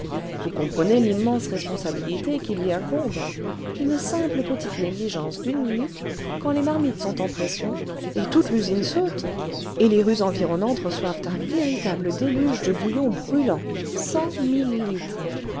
vous comprenez l'immense responsabilité qui lui incombe une simple petite négligence d'une minute quand les marmites sont en pression et tonte l'usine saute et les rues environnantes reçoivent un véritable déluge de bouillon brûlant cent mille litres